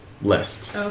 list